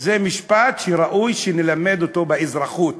זה משפט שראוי שנלמד אותו באזרחות,